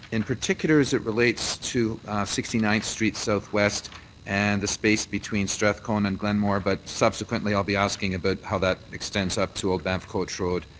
in particular as it relates to sixty ninth street southwest and the space between strathcona and glenmore, but subsequently i'll be asking about how that extends up to old banff coach road.